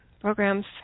Programs